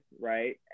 right